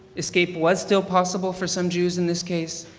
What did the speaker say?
escape was still possible for some jews in this case,